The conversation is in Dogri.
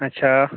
अच्छा